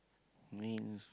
mean